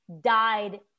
died